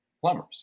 plumbers